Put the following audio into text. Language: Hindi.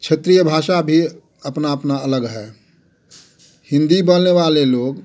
क्षेत्रीय भाषा भी अपना अपना अलग है हिंदी बोलने वाले लोग